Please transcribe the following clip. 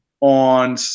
on